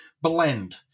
blend